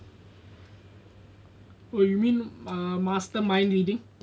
oh you mean mastermind reading